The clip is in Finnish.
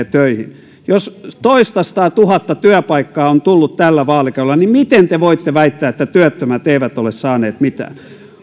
töihin jos toistasataatuhatta työpaikkaa on tullut tällä vaalikaudella niin miten te voitte väittää että työttömät eivät ole saaneet mitään